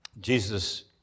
Jesus